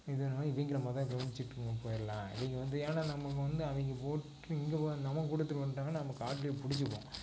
இதனால் இவங்கள மொதல் கவனித்துட்டு நம்ம போயிடலாம் இவங்க வந்து ஏன்னால் நமக்கு வந்து அவங்க போட்டு இங்கே நமக்கு கொடுக்கறத்துக்கு வந்துட்டாங்கன்னால் நம்ம காட்டில் பிடிச்சுக்குவோம்